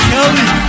Kelly